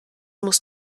muss